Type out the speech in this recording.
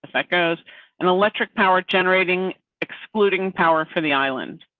that goes and electric power generating excluding power for the island.